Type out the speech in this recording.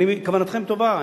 כוונתכם טובה,